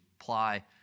apply